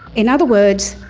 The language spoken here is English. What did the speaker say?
in other words,